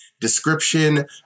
description